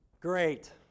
Great